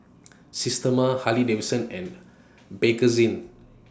Systema Harley Davidson and Bakerzin